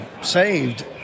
saved